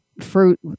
fruit